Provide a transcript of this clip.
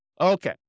Okay